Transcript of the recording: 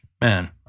man